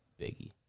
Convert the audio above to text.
Biggie